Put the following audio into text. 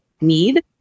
need